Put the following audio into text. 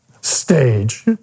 stage